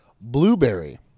blueberry